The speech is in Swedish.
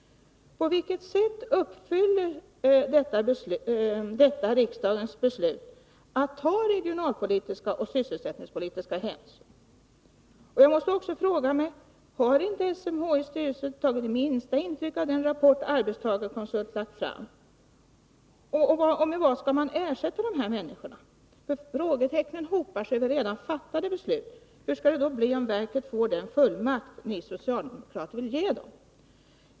På vilket sätt uppfyller detta riksdagens beslut att ta regionalpolitiska och sysselsättningspolitiska hänsyn? Jag måste också fråga mig om SMHI:s styrelse inte har tagit minsta intryck av den rapport Arbetstagarkonsult lagt fram. Med vad skall man ersätta de här människorna? Frågetecknen hopar sig över redan fattade beslut. Hur skall det då bli, om verket får den fullmakt ni socialdemokrater vill ge det?